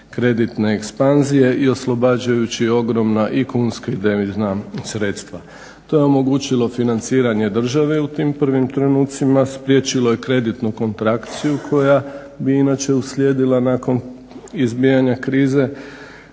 kreditne ekspanzije i oslobađajući ogromna i kunska i devizna sredstva. To je omogućilo financiranje države u tim prvim trenucima, spriječilo je kreditnu kontrakciju koja bi inače uslijedila nakon izbijanja krize